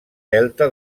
delta